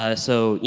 ah so, you